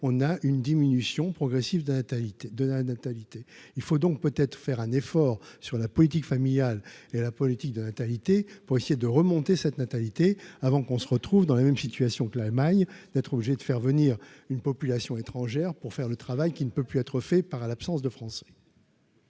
on a une diminution progressive de la natalité de la natalité, il faut donc peut-être faire un effort sur la politique familiale et la politique de natalité pour essayer de remonter cette natalité avant qu'on se retrouve dans la même situation que l'Allemagne d'être obligé de faire venir une population étrangère pour faire le travail qu'il ne peut plus être fait part à l'absence de français.